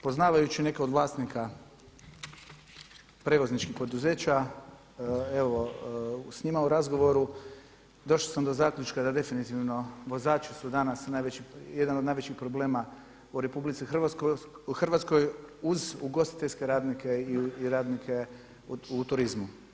Poznavajući neke od vlasnika prevozničkih poduzeća, evo s njima u razgovoru došao sam do zaključka da definitivno vozači su danas jedan od najvećih problema u RH uz ugostiteljske radnike i radnike u turizmu.